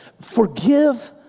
Forgive